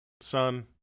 son